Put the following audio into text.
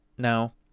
Now